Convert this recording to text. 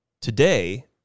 Today